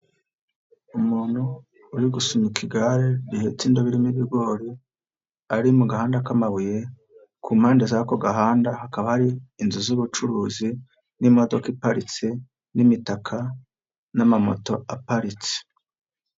Umuntu uri gusunika igare rihetse indobo irimo ibigori, ari mu gahanda k'amabuye ku mpande z'ako gahanda hakaba hari inzu z'ubucuruzi n'imodoka iparitse n'imitaka n'amamoto aparitse.